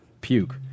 puke